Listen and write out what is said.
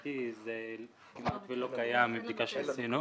שלהבנתי זה כמעט ולא קיים מבדיקה שעשינו.